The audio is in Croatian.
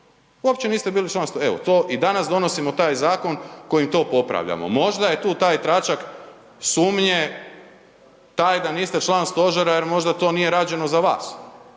Uopće niste bili član stožera. Evo to i danas donosimo taj zakon kojim to popravljamo. Možda je tu taj tračak sumnje, taj da niste član stožera jer možda to nije rađeno za vas